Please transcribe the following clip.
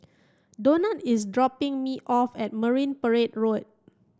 Donat is dropping me off at Marine Parade Road